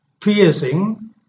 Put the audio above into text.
piercing